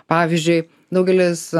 pavyzdžiui daugelis